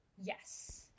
Yes